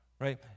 right